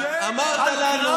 שאין, על קרב